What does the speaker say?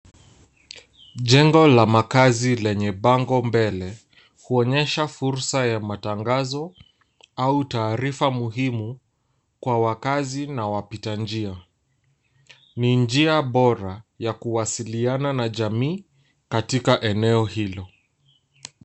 Jengo la makazi lenye bango mbele, huonyesha fursa ya matangazo au taarifa muhimu kwa wakazi na wapita njia ni njia bora ya kuwasiliana na jamii katika eneo hilo.